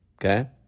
Okay